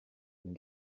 and